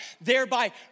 thereby